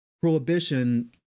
prohibition